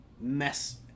mess